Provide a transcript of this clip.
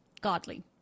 godly